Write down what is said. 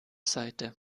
seite